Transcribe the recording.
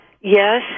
Yes